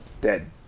dead